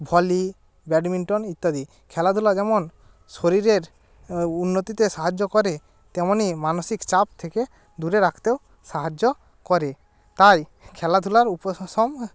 volley badminton ইত্যাদি খেলাধূলা যেমন শরীরের উন্নতিতে সাহায্য করে তেমনই মানসিক চাপ থেকে দূরে রাখতেও সাহায্য করে তাই খেলাধূলার উপশম